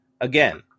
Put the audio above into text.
Again